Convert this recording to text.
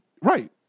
right